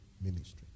ministry